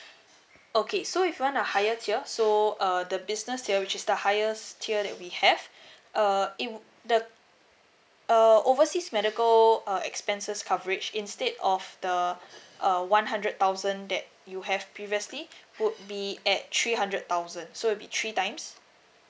okay so if you want a higher tier so uh the business tier which is the highest tier that we have uh it would the uh overseas medical uh expenses coverage instead of the uh one hundred thousand that you have previously would be at three hundred thousand so will be three times